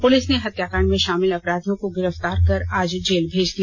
police ने हत्याकांड में शामिल अपराधियों को गिरफ्तार कर आज जेल भेज दिया